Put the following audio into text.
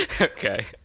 Okay